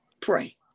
Pray